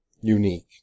unique